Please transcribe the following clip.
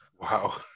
Wow